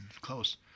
close